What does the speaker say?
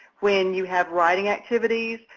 when you have writing activities,